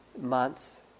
months